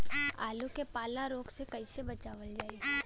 आलू के पाला रोग से कईसे बचावल जाई?